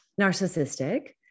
narcissistic